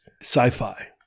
sci-fi